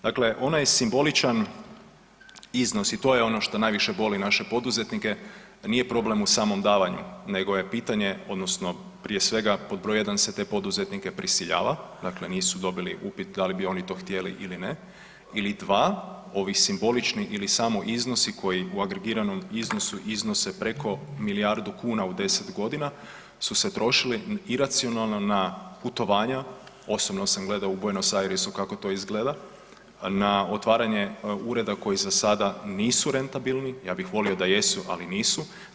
Dakle, ona je simboličan iznos i to je ono što najviše boli naše poduzetnike, nije problem u samom davanju nego je pitanje odnosno prije svega pod broj 1 se te poduzetnike prisiljava, dakle nisu dobili upit da li bi oni to htjeli ili ne ili 2 ovi simbolični ili samo iznosi koji u agregiranom iznosu iznose preko milijardu kuna u 10 godina su se trošili iracionalno na putovanja, osobno sam gledao u Buenos Airesu kako to izgleda, na otvaranje ureda u koji za sada nisu rentabilni, ja bih volio da jesu, ali nisu.